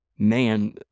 man